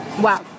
wow